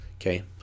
Okay